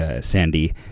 Sandy